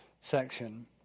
section